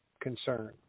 concern